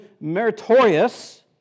meritorious